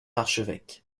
archevêque